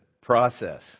process